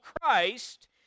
Christ